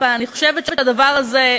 אני חושבת שהדבר הזה,